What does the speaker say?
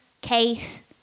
Kate